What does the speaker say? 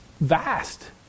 vast